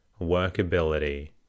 workability